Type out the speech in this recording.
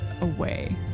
away